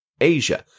Asia